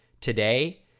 today